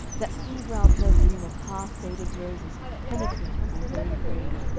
that febrile perfume of half-faded roses penetrated my very brain,